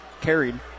carried